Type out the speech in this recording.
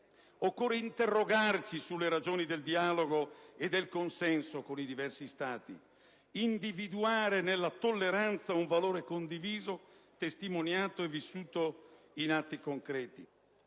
Occorre interrogarci sulle ragioni del dialogo e del consenso con i diversi Stati; individuare nella tolleranza un valore condiviso, testimoniato e vissuto in atti concreti.